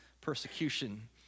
persecution